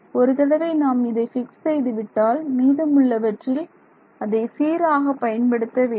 ஒரு தடவை நாம் இதை பிக்ஸ் செய்து விட்டால் மீதம் உள்ளவற்றில் அதை சீராக பயன்படுத்த வேண்டும்